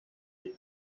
est